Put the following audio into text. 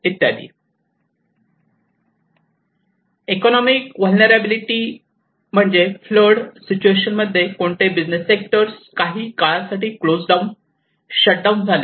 economic vulnerability economic vulnerability म्हणजे flood situation मध्ये कोणते बिझनेस सेक्टर काही काळासाठी क्लोज डाऊन शट डाऊन झाले